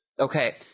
Okay